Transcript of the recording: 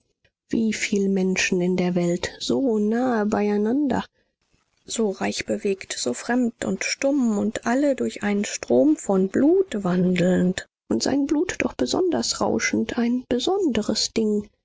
konnte wieviel menschen in der welt so nahe beieinander so reich bewegt so fremd und stumm und alle durch einen strom von blut wandelnd und sein blut doch besonders rauschend ein besonderes ding